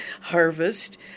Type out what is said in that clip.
harvest